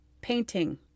painting